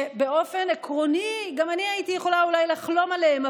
שבאופן עקרוני גם אני הייתי יכולה אולי לחלום עליהן,